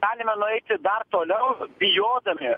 galime nueiti dar toliau bijodami